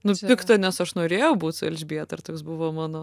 nu pikta nes aš norėjau būt su elžbieta ir toks buvo mano